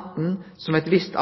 anten som eit visst